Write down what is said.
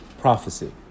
prophecy